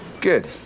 Good